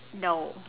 no